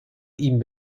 ihm